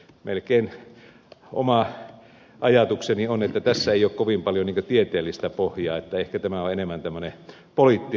melkein oma ajatukseni on että tässä ei ole kovin paljon tieteellistä pohjaa ehkä tämä on enemmän tämmöinen poliittinen päätös